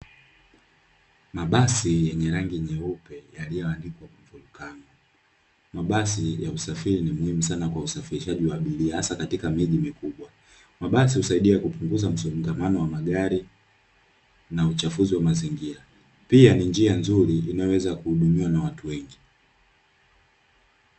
Mabasi yenye rangi nyeupe, yaliyoandikwa “volkano”. Mabasi ya usafiri ni muhimu sana kwa usafirishaji wa abiria hasa katika miji mikubwa. Mabasi husaidia kupunguza msongamano wa magari na uchafuzi wa mazingira, pia ni njia nzuri inayoweza kuhudumiwa na watu wengi.